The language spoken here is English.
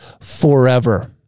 forever